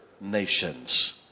nations